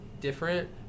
different